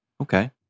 Okay